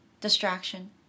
distraction